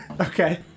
Okay